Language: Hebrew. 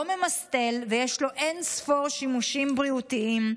לא ממסטל ויש לו אין-ספור שימושים בריאותיים,